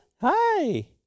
hi